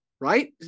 right